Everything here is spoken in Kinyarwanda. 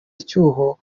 icyuho